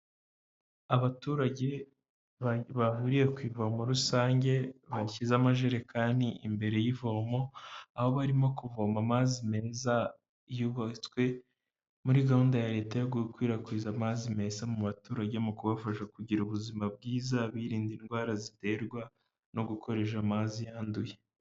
Abaturage bahuriye ku ivomo rusange bashyize amajerekani imbere y'ivomo, aho barimo kuvoma amazi meza yubatswe muri gahunda ya leta yo gukwirakwiza amazi meza mu baturage mu kubafasha kugira ubuzima bwiza, birinda indwara ziterwa no gukoresha amazi yanduye.